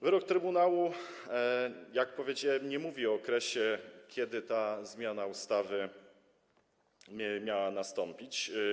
Wyrok trybunału, jak powiedziałem, nie mówi o okresie, kiedy ta zmiana ustawy miała nastąpić.